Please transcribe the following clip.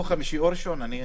או חמישי או ראשון.